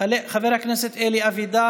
חבר הכנסת אנטאנס שחאדה, חבר הכנסת אלי אבידר,